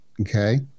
okay